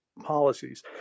policies